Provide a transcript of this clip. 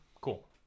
cool